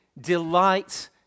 delight